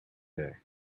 day